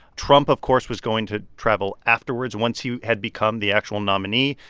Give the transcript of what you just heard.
trump, of course, was going to travel afterwards once he had become the actual nominee.